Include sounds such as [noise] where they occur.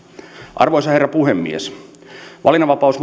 arvoisa herra puhemies valinnanvapaus [unintelligible]